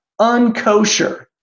unkosher